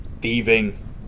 thieving